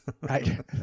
Right